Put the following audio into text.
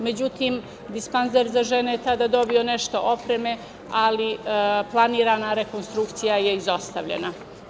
Međutim, dispanzer za žene je tada dobio nešto opreme, ali planirana rekonstrukcija je izostavljena.